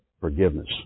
forgiveness